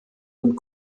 und